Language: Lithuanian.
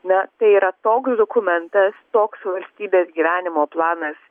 na tai yra toks dokumentas toks valstybės gyvenimo planas